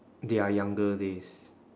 their younger days